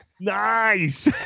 Nice